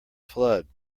flood